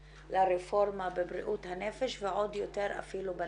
לרפורמה בבריאות הנפש ועוד יותר אפילו בנגב.